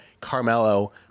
Carmelo